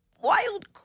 Wild